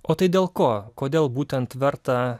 o tai dėl ko kodėl būtent verta